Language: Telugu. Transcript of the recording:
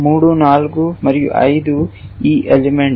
3 4 మరియు 5 ఈ ఎలిమెంట్